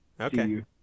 Okay